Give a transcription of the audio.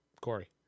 Corey